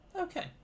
Okay